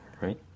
right